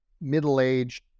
middle-aged